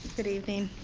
good evening.